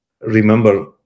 remember